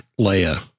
Leia